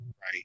right